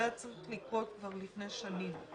להפך, זה היה צריך לקרות כבר לפני שנים.